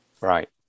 Right